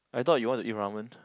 I thought you want to eat ramen